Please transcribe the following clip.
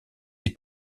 des